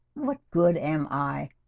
what good am i?